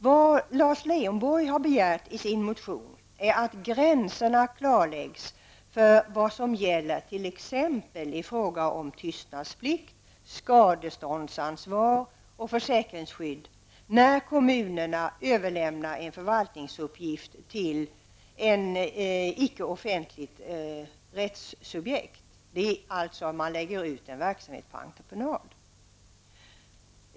Vad Lars Leijonborg har begärt i sin motion är att gränserna klarläggs för vad som gäller t.ex. i fråga om tystnadsplikt, skadeståndsansvar och försäkringsskydd, när kommunerna överlämnar en förvaltningsuppgift till icke-offentligt rättssubjekt, dvs. när de lägger ut en verksamhet på entreprenad.